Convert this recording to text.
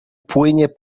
płynie